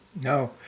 No